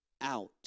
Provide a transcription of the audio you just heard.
Out